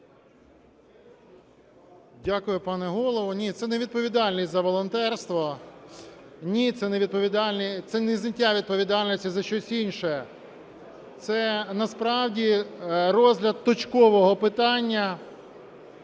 Дякую, пане Голово. Ні, це не відповідальність за волонтерство. Ні, це не зняття відповідальності за щось інше. Це насправді розгляд точкового питання